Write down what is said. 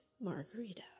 Margarita